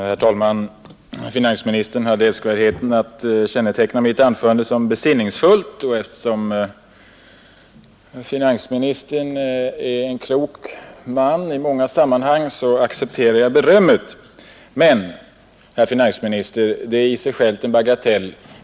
Herr talman! Finansministern hade älskvärdheten att känneteckna mitt anförande som besinningsfullt, och eftersom finansministern är en klok man i många sammanhang accepterar jag det berömmet. Det är emellertid i sig självt en bagatell.